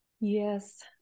Yes